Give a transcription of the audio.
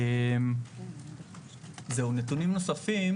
נתונים נוספים